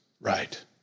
right